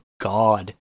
God